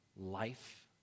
life